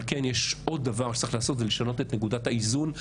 אבל כן יש עוד דבר שצריך לעשות זה לשנות את נקודת האיזון.